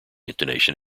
intonation